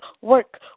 work